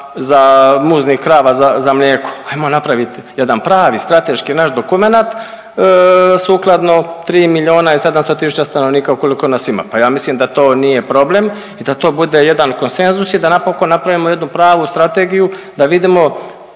za muznih krava za mlijeko. Ajmo napravit jedan pravi strateški naš dokumenat sukladno 3,700.000 stanovnika koliko nas ima, pa ja mislim da to nije problem i da to bude jedan konsenzus i da napokon napravimo jednu pravu strategiju da vidimo